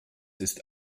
ist